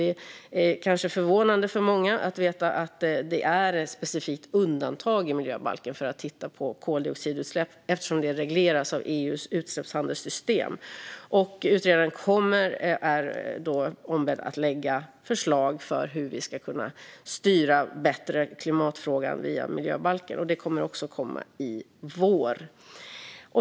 Det är kanske förvånande för många att få veta att det är ett specifikt undantag i miljöbalken för att titta på koldioxidutsläpp eftersom det regleras av EU:s utsläppshandelssystem. Utredaren är ombedd att lägga fram förslag för hur vi ska kunna styra klimatfrågan bättre via miljöbalken, och det kommer också att komma i vår.